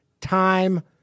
Time